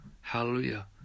Hallelujah